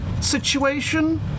situation